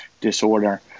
disorder